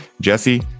Jesse